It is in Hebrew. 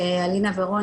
אלינה ורוני,